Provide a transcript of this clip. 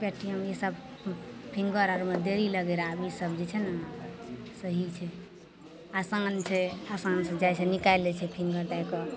Paytm ईसब finger आओरमे देरी लगै रहै आब ईसब जे छै ने सही छै आसान छै आसानसे जाइ छै निकालि लै छै फिन्गर दैके